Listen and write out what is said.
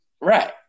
right